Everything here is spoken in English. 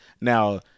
Now